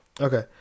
Okay